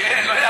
יש לו נפח.